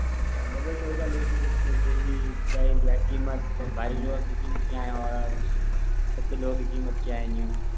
अच्छा डबल में होगा लेकिन इसमें फिर भी प्राइज़ या कीमत और भारी लोहे की कीमत क्या हैं और सस्ते लोहे की कीमत क्या है यहाँ